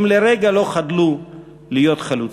הם לרגע לא חדלו להיות חלוצים.